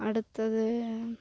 அடுத்தது